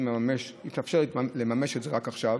התאפשר לממש את זה רק עכשיו.